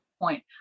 point